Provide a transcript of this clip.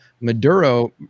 Maduro